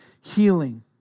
healing